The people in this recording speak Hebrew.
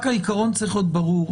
רק העיקרון צריך להיות ברור,